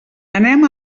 anem